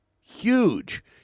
huge